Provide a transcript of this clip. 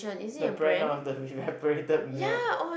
the brand of the evaporated milk